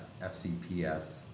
FCPS